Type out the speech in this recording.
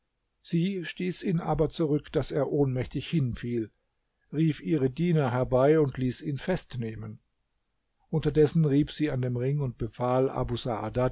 sie stieß ihn aber zurück daß er ohnmächtig hinfiel rief ihre diener herbei und ließ ihn festnehmen unterdessen rieb sie an dem ring und befahl abu